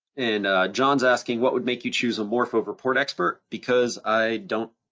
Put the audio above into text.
and john's asking what would make you choose a morph over port expert? because i don't,